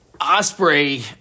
Osprey